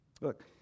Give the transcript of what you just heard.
Look